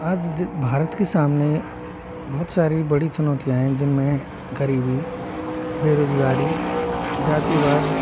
आज दि भारत के सामने बहुत सारी बड़ी चुनौतियाँ हैं जिनमें गरीबी बेरोज़गारी जातिवाद